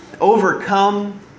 overcome